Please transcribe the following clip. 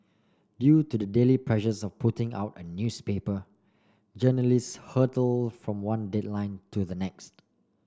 due to the daily pressures of putting out a newspaper journalists hurtle from one deadline to the next